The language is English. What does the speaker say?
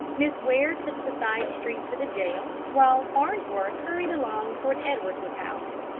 miss ware took the side street to the jail, while farnsworth hurried along toward edwards's house.